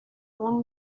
اون